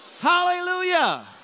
Hallelujah